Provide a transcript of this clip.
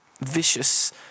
vicious